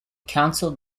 council